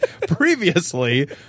previously